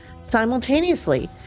simultaneously